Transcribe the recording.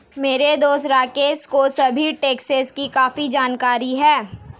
मेरे दोस्त राकेश को सभी टैक्सेस की काफी जानकारी है